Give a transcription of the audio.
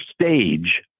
stage